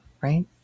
right